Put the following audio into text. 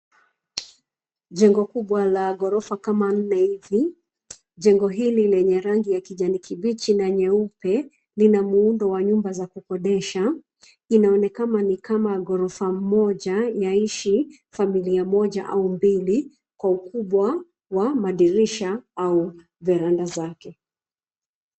Jengo kubwa la ghorofa kama nne hivi. Jengo hili ni yenye rangi ya kijani kibichi na nyeupe. Lina muundo wa nyumba za kukodisha. Inaonekana ni kama ghorofa moja yaishi, familia moja au mbili, kwa ukubwa, wa madirisha au veranda zake.